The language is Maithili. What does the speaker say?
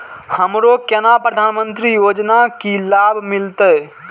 हमरो केना प्रधानमंत्री योजना की लाभ मिलते?